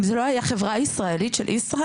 אם זה לא היה חברה ישראלית של ישראייר,